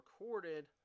recorded